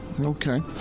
okay